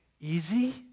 easy